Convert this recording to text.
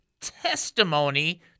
testimony